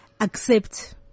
accept